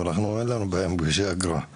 אבל אנחנו אין לנו בעיה עם כבישי אגרה.